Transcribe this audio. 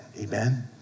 amen